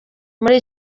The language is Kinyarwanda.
muri